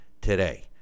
today